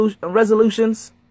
resolutions